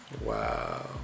wow